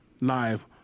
live